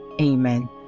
Amen